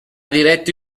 diretto